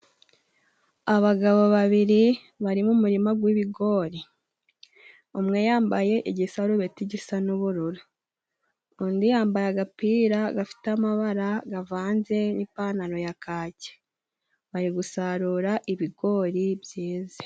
Abagabo babiri bari mu umurima gw'ibigori, umwe yambaye igisarubeti gisa n'ubururu undi yambaye agapira gafite amabara gavanze n'ipantaro ya kake, bari gusarura ibigori byeze.